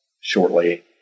shortly